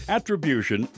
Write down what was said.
Attribution